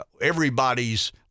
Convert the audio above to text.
everybody's